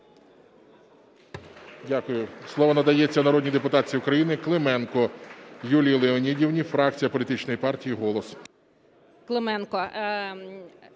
Дякую. Слово надається народній депутатці України Клименко Юлії Леонідівні, фракція політичної партії "Голос".